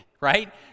right